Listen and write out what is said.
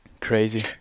crazy